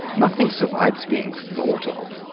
nothing survives being thought of.